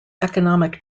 economic